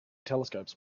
telescopes